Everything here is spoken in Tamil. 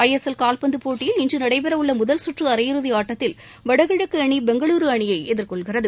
ஐ எஸ் எல் கால்பந்து போட்டியில் இன்று நடைபெறவுள்ள முதல் கற்று அரையிறுதி ஆட்டத்தில் வடகிழக்கு அணி பெங்களுரு அணியை எதிர்கொள்கிறது